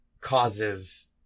causes